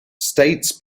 states